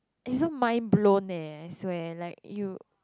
it's so mind blown eh I swear like you